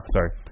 Sorry